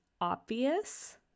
obvious